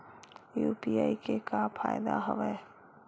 UPI के का फ़ायदा हवय?